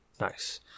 Nice